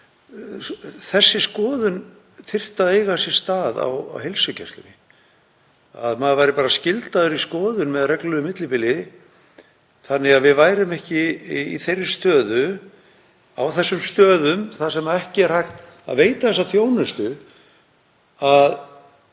Þessi skoðun þyrfti að eiga sér stað á heilsugæslunni, að maður væri bara skyldaður í skoðun með reglulegu millibili. Þá værum ekki í þeirri stöðu á þessum stöðum, þar sem ekki er hægt að veita þessa þjónustu, að